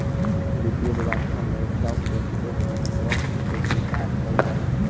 वित्तीय व्यवस्था में स्टॉक के विशेष महत्व के स्वीकार कईल जाला